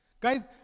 Guys